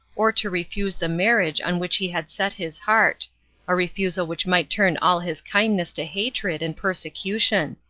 or to refuse the marriage on which he had set his heart a refusal which might turn all his kindness to hatred and persecution.